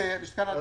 מקורות ייזום?